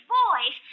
boys